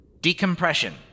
Decompression